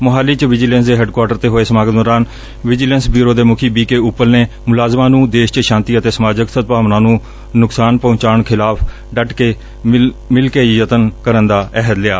ਮੁਹਾਲੀ ਚ ਵਿਜੀਲੈਂਸ ਦੇ ਹੈੱਡਕੁਆਰਟਰ ਤੇ ਹੋਏ ਸਮਾਗਮ ਦੌਰਾਨ vigilance bureau B K Uppal ਕੇ ਉੱਪਲ ਨੇ ਮੁਲਾਜ਼ਮਾਂ ਨੂੰ ਦੇਸ਼ ਚ ਸ਼ਾਂਤੀ ਅਤੇ ਸਮਾਜਿਕ ਸਦਭਾਵਨਾ ਨੁਕਸਾਨ ਪਹੁੰਚਾਉਣ ਖਿਲਾਫ਼ ਮਿਲ ਕੇ ਲੜਨ ਦਾ ਅਹਿਦ ਲਿਆ